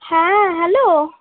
হ্যাঁ হ্যালো